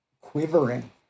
quivering